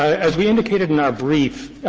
as we indicated in our brief,